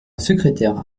secrétaire